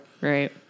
right